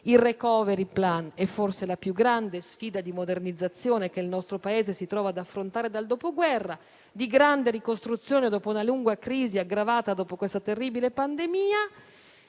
Il *recovery plan* è forse la più grande sfida di modernizzazione che il nostro Paese si trova ad affrontare dal dopoguerra, una sfida di grande ricostruzione dopo una lunga crisi aggravata da questa terribile pandemia.